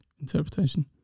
interpretation